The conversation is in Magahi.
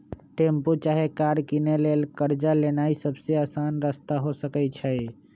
टेम्पु चाहे कार किनै लेल कर्जा लेनाइ सबसे अशान रस्ता हो सकइ छै